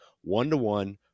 one-to-one